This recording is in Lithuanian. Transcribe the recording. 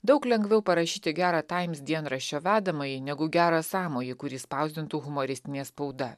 daug lengviau parašyti gerą taims dienraščio vedamąjį negu gerą sąmojį kurį spausdintų humoristinė spauda